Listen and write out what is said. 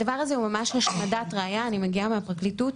אני מגיע מהפרקליטות,